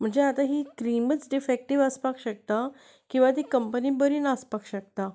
म्हणजे आतां ही क्रिमच डिफॅक्टीव आसपाक शकता किंवा ती कंपनी बरी नासपाक शकता